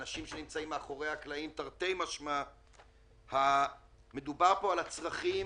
אנשים שנמצאים מאחורי הקלעים מדובר פה על הצרכים